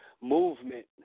movement